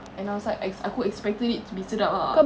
and I was like ex~ aku expected it to be sedap ah